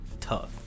Tough